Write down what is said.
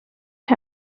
him